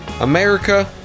America